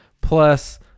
plus